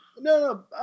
no